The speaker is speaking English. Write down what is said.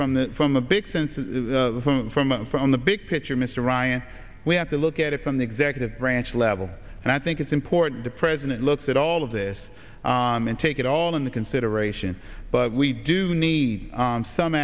from the from a big sense from the big picture mr ryan we have to look at it from the executive branch level and i think it's important the president looks at all of this and take it all in the consideration but we do need some